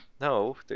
no